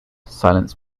silence